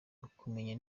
ukumenya